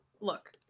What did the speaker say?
look